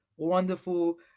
wonderful